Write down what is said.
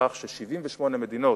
בכך ש-78 מדינות,